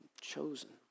Chosen